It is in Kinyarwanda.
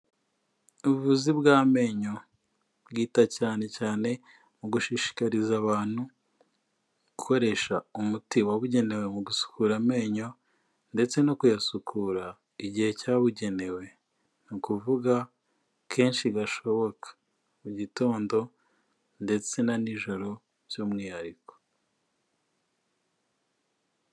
Ubuvuzi bw'amenyo, bwita cyane cyane mu gushishikariza abantu gukoresha umuti wabugenewe mu gusukura amenyo ndetse no kuyasukura igihe cyabugenewe, ni ukuvuga kenshi gashoboka mugitondo ndetse na nijoro by'umwihariko.